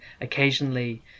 occasionally